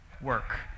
work